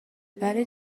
ولی